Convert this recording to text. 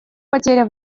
потеря